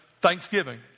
thanksgiving